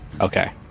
okay